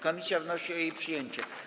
Komisja wnosi o jej przyjęcie.